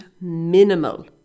minimal